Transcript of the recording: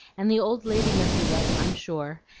and the old lady misses us, i'm sure,